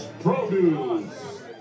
produce